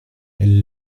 elle